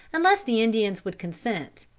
unless the indians would consent,